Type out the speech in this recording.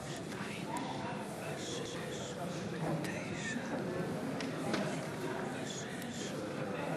להלן תוצאות ההצבעה: 50 מתנגדים, 41 בעד.